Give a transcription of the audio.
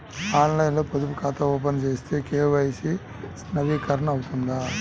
ఆన్లైన్లో పొదుపు ఖాతా ఓపెన్ చేస్తే కే.వై.సి నవీకరణ అవుతుందా?